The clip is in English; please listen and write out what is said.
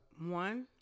one